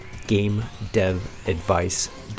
gamedevadvice.com